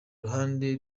ruhande